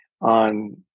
on